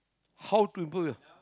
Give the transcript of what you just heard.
how to improve your